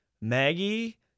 Maggie